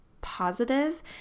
positive